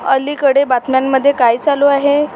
अलीकडे बातम्यांमध्ये काय चालू आहे